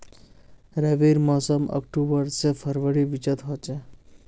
रविर मोसम अक्टूबर से फरवरीर बिचोत होचे